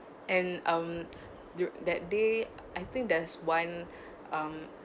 and um you that day I think there's one um